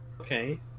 Okay